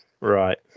right